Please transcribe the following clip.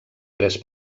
tres